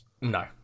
No